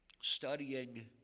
studying